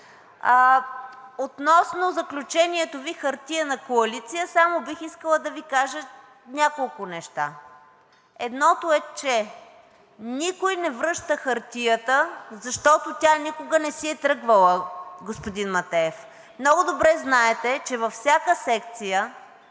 Относно заключението Ви хартиена коалиция. Само бих искала да Ви кажа няколко неща. Едното е, че никой не връща хартията, защото тя никога не си е тръгвала, господин Матеев. Много добре знаете, че във всяка секция